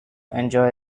enjoy